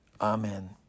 Amen